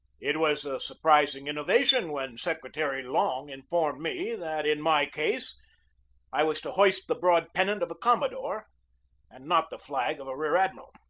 it was a surprising in novation when secretary long informed me that in my case i was to hoist the broad pennant of a com modore and not the flag of a rear-admiral.